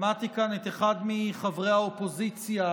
מסקנות ועדת החינוך,